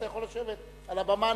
אתה יכול לשבת על הבמה.